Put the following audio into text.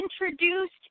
introduced